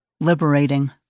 liberating